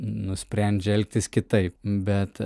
nusprendžia elgtis kitaip bet